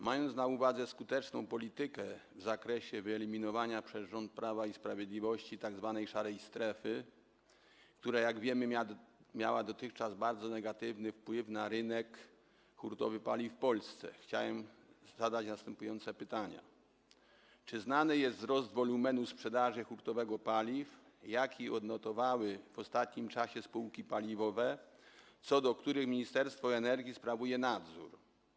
Mając na uwadze skuteczną politykę w zakresie wyeliminowania przez rząd Prawa i Sprawiedliwości tzw. szarej strefy, która miała dotychczas, jak wiemy, bardzo negatywny wpływ na rynek hurtowy paliw w Polsce, chciałem zadać następujące pytania: Czy znany jest wzrost wolumenu hurtowej sprzedaży paliw, jaki odnotowały w ostatnim czasie spółki paliwowe, nad którymi Ministerstwo Energii sprawuje nadzór?